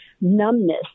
numbness